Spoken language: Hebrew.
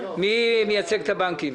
מי מייצג את הבנקים?